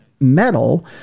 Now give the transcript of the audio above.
metal